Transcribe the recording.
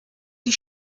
die